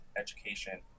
education